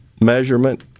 measurement